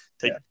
take